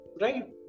Right